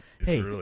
Hey